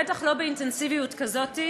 בטח לא באינטנסיביות כזאת.